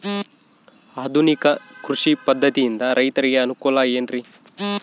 ಆಧುನಿಕ ಕೃಷಿ ಪದ್ಧತಿಯಿಂದ ರೈತರಿಗೆ ಅನುಕೂಲ ಏನ್ರಿ?